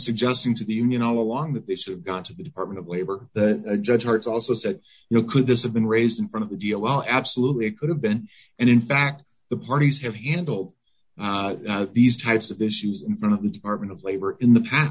suggesting to the immuno along that they should have gone to the department of labor the judge hertz also said you know could this have been raised in front of a deal well absolutely it could have been and in fact the parties have you handled these types of issues in front of the department of labor in the past